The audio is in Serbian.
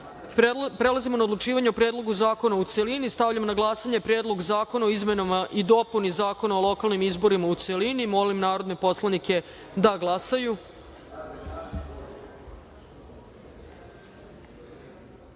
na odlučivanje o Predlogu zakona, u celini. Stavljam na glasanje Predlog zakona o izmenama i dopuni Zakona o lokalnim izborima, u celini. Molim narodne poslanike da